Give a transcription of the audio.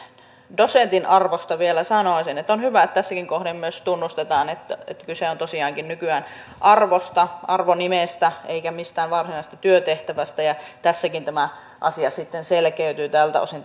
dosentin arvosta vielä sanoisin että on hyvä että tässäkin kohden myös tunnustetaan että kyse on tosiaankin nykyään arvosta arvonimestä eikä mistään varsinaisesta työtehtävästä tässäkin tämä asia sitten selkeytyy tältä osin